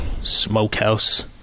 smokehouse